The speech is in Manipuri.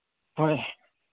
ꯍꯣꯏ